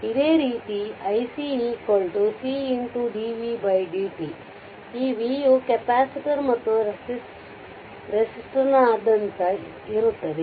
ಈ v ಯು capacitor ಮತ್ತು ರೆಸಿಸ್ಟರ್ನಾದ್ಯಂತ ಇರುತ್ತದೆ